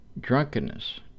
drunkenness